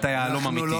אתה יהלום אמיתי.